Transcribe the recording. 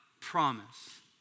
promise